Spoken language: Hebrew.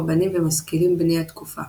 רבנים ומשכילים בני התקופה